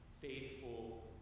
faithful